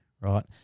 right